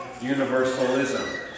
universalism